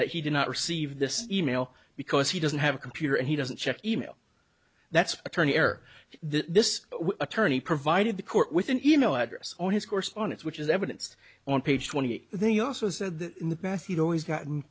that he did not receive this e mail because he doesn't have a computer and he doesn't check e mail that's attorney error this attorney provided the court with an e mail address on his correspondence which is evidence on page twenty they also said that in the past he'd always gotten